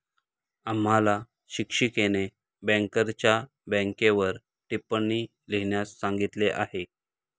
आम्हाला शिक्षिकेने बँकरच्या बँकेवर टिप्पणी लिहिण्यास सांगितली आहे